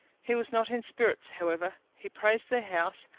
he was not in spirits, however he praised their house,